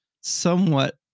somewhat